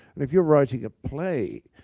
and if you're writing ah play,